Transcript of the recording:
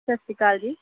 ਸਤਿ ਸ਼੍ਰੀ ਕਾਲ ਜੀ